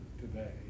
today